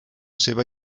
seva